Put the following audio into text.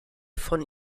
von